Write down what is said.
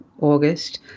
August